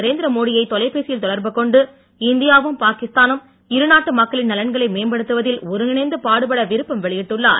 நரேந்திரமோடியை தொலைபேசியில் தொடர்பு கொண்டு இந்தியாவும் பாகிஸ்தானும் இருநாட்டு மக்களின் நலன்களை மேம்படுத்துவதில் ஒருங்கிணைந்து பாடுபட விருப்பம் வெளியிட்டுள்ளார்